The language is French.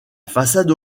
façade